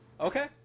Okay